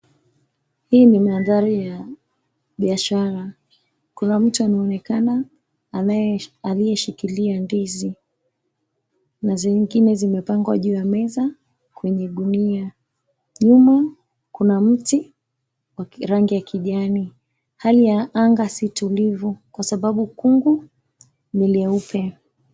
Hii ni mandhari ya biashara. Kuna mtu anaonekana aliyeshikilia ndizi na zingine zimepangwa juu ya meza kwenye gunia. Nyuma kuna mti wa rangi ya kijani Hali ya anga si tulivu kwa sababu kungu ni leupe.